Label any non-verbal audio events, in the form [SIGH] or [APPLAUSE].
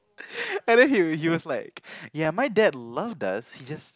[BREATH] and then he he was like ya my dad loved us